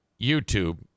YouTube